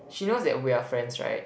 she knows that we are friends right